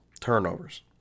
Turnovers